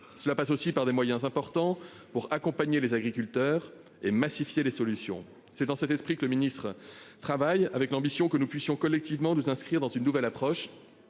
Cela passe aussi par des moyens importants pour accompagner les agriculteurs et massifier les solutions. C'est dans cet esprit que le ministre-travaille avec l'ambition que nous puissions collectivement de s'inscrire dans une nouvelle approche.